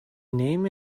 name